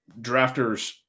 drafters